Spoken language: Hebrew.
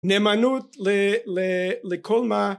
נאמנות לכל מה